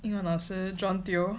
英文老师 john teo